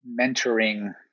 mentoring